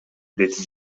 деди